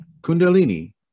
kundalini